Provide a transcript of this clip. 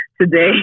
Today